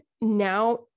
now